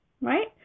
right